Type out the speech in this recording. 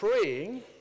praying